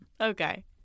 Okay